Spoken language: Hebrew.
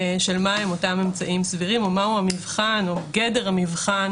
מהם אותם אמצעים סבירים או מהו המבחן או גדר המבחן